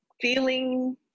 feeling